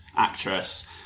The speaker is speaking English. Actress